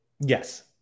Yes